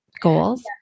goals